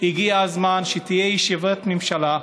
הגיע הזמן שתהיה ישיבת ממשלה,